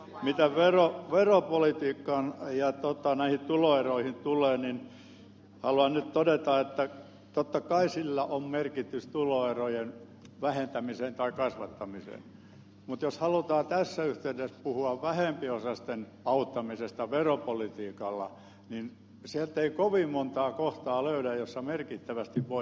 mitä veropolitiikkaan ja näihin tuloeroihin tulee niin haluan nyt todeta että totta kai sillä on merkitystä tuloerojen vähentämiseen tai kasvattamiseen mutta jos halutaan tässä yhteydessä puhua vähempiosaisten auttamisesta veropolitiikalla niin sieltä ei kovin montaa kohtaa löydä jossa merkittävästi voidaan auttaa